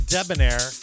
Debonair